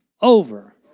Over